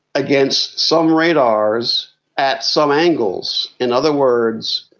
against some radars at some angles. in other words,